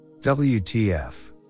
WTF